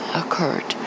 occurred